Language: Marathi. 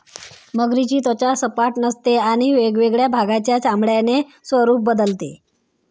मगरीची त्वचा सपाट नसते आणि वेगवेगळ्या भागांच्या चामड्याचे स्वरूप बदलते